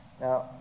Now